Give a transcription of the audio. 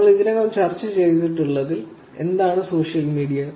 നമ്മൾ ഇതിനകം ചർച്ച ചെയ്തിട്ടുള്ളതിനാൽ എന്താണ് സോഷ്യൽ മീഡിയ